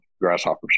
grasshoppers